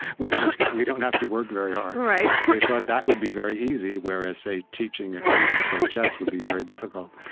we don't we don't have to work very um they thought that would be very easy, whereas, say, teaching a computer to play chess would be very difficult.